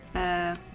a